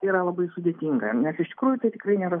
yra labai sudėtinga nes iš tikrųjų tai tikrai nėra